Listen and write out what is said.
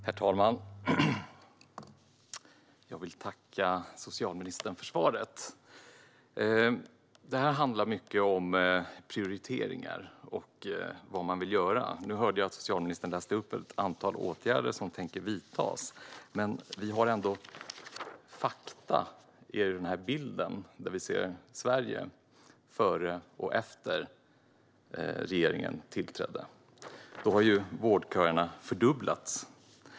Herr talman! Jag vill tacka socialministern för svaret. Detta handlar mycket om prioriteringar och vad man vill göra. Jag hörde att socialministern läste upp ett antal åtgärder som ska vidtas, men vi har ändå fakta i form av den bild jag nu visar av Sverige före och efter det att regeringen tillträdde. Vårdköerna har fördubblats.